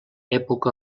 època